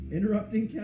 Interrupting